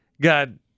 God